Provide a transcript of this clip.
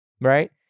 right